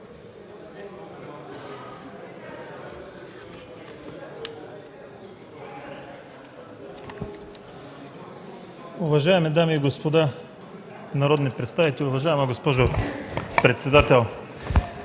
Уважаеми дами и господа народни представители, уважаема госпожо председател!